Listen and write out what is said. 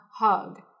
hug